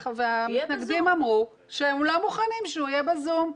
המתנגדים אמרו שהם לא מוכנים שהוא יהיה ב"זום",